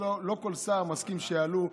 לא כל שר מסכים שיעלו הצעה,